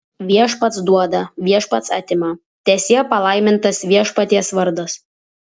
viešpats duoda viešpats atima teesie palaimintas viešpaties vardas